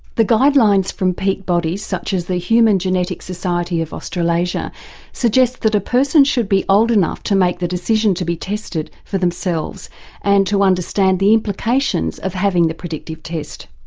the guidelines from peak bodies such as the human genetics society of australasia suggest that a person should be old enough to make the decision to be tested for themselves and to understand the implications of having the predictive test.